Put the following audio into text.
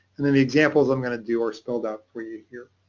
and then the examples i'm going to do are spelled out for you here.